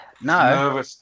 No